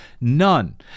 none